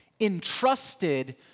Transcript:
entrusted